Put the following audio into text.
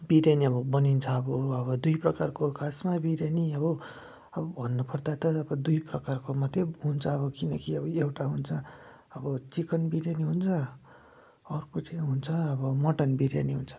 बिर्यानी अब बनिन्छ अब अब दुई प्रकारको खासमा बिर्यानी अब अब भन्नु पर्दा त अब दुई प्रकारको मात्रै हुन्छ अब किनकि अब एउटा हुन्छ अब चिकन बिर्यानी हुन्छ अर्को चाहिँ हुन्छ अब मटन बिर्यानी हुन्छ